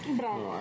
brown